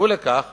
והוקצבו לכך